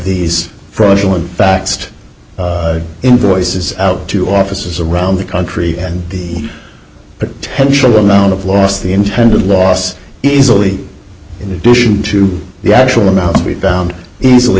these fraudulent faxed invoices out to offices around the country and he potential amount of loss the intended loss is only in addition to the actual amount to be found easily